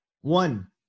One